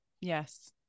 Yes